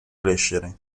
crescere